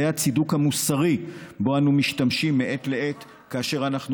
זה הצידוק המוסרי שבו אנו משתמשים מעת לעת כאשר אנחנו